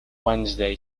wednesday